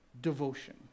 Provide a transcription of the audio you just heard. devotion